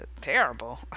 terrible